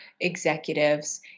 executives